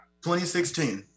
2016